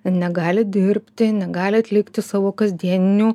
negali dirbti negali atlikti savo kasdieninių